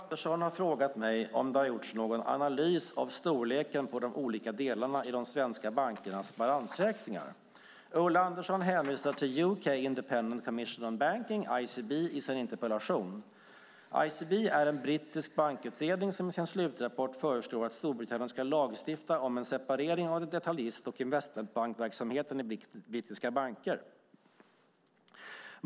Fru talman! Ulla Andersson har frågat mig om det har gjorts någon analys av storleken på de olika delarna i de svenska bankernas balansräkningar. Ulla Andersson hänvisar till UK Independent Commission on Banking, ICB, i sin interpellation. ICB är en brittisk bankutredning som i sin slutrapport föreslår att Storbritannien ska lagstifta om en separering av detaljist och investmentbankverksamheten i brittiska banker.